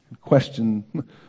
Question